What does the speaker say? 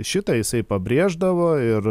šitą jisai pabrėždavo ir